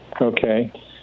Okay